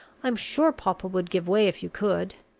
i'm sure papa would give way if you could.